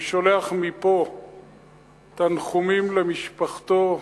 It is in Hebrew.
אני שולח מפה תנחומים למשפחתו.